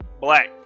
Black